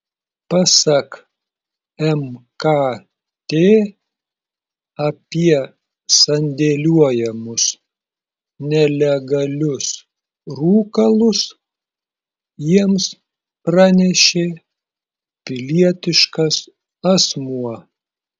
pasak mkt apie sandėliuojamus nelegalius rūkalus jiems pranešė pilietiškas asmuo